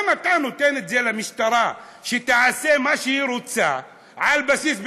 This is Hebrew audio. אם אתה נותן למשטרה שתעשה מה שהיא רוצה על בסיס ביטחוני,